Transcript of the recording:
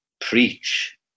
preach